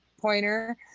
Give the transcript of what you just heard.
pointer